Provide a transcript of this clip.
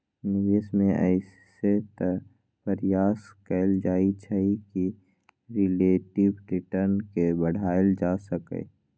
निवेश में अइसे तऽ प्रयास कएल जाइ छइ कि रिलेटिव रिटर्न के बढ़ायल जा सकइ